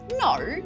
no